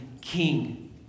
king